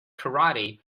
karate